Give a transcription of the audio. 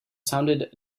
sounded